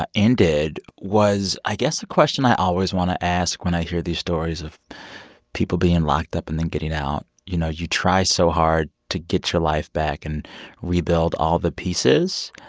ah ended was, i guess, the question i always want to ask when i hear these stories of people being locked up and then getting out you know, you try so hard to get your life back and rebuild all the pieces.